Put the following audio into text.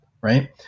Right